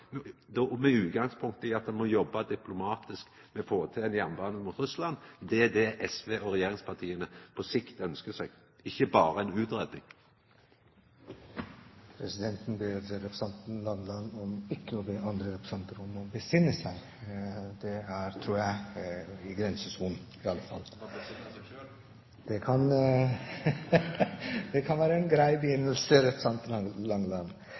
då med utgangspunkt i at ein må jobba diplomatisk for å få til ein jernbane mot Russland. Det er det SV og regjeringspartia på sikt ønskjer seg, ikkje berre ei utgreiing. Presidenten ber representanten Langeland ikke be andre representanter om å besinne seg. Det tror jeg er i grensesonen. Eg må «besinna meg» sjølv. Det kan være en grei